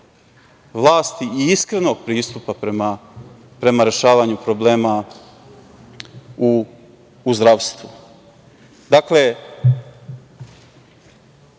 vlasti i iskrenog pristupa prema rešavanju problema u zdravstvu. Borićemo